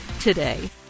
today